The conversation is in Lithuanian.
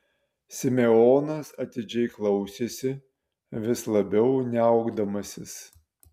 simeonas atidžiai klausėsi vis labiau niaukdamasis